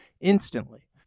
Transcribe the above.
instantly